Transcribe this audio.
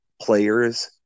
players